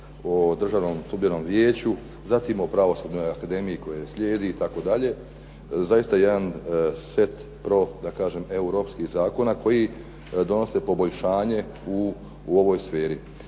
Državnom sudbenom vijeću, pa zatim o Pravosudnoj akademiji koji slijedi, itd, zaista jedan set proeuropskih zakona koji donose poboljšanje u ovoj sferi.